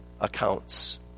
accounts